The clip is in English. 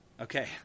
okay